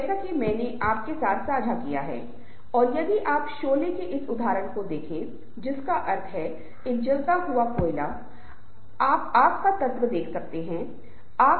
दूसरी ओर एक समूह बड़ी संख्या में लोगों या एक केंद्रित कार्रवाई को अंजाम देने की इच्छा से आ सकता है